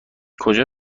کجا